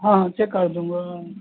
ہاں ہاں چیک کاٹ دوں گا